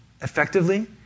effectively